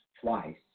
twice